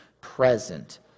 present